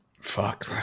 Fuck